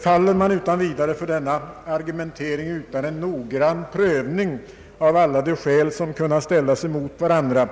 Faller man utan vidare för denna argumentering, utan en noggrann prövning av alla de skäl som kan ställas emot varandra,